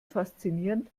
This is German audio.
faszinierend